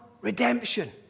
redemption